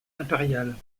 impériale